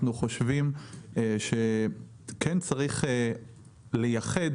אנחנו חושבים שכן צריך לייחד,